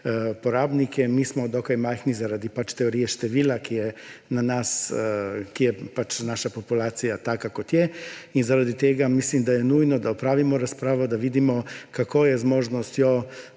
Mi smo dokaj majhni, pač zaradi teorije števila, ker je naša populacija taka, kot je. Zaradi tega mislim, da je nujno, da opravimo razpravo, da vidimo, kako je z možnostjo